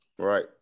Right